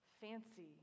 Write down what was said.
fancy